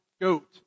goat